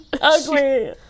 Ugly